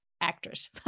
actors